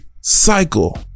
cycle